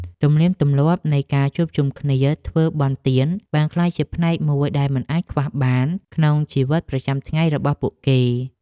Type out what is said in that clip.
ទំនៀមទម្លាប់នៃការជួបជុំគ្នាធ្វើបុណ្យទានបានក្លាយជាផ្នែកមួយដែលមិនអាចខ្វះបានក្នុងជីវិតប្រចាំថ្ងៃរបស់គេ។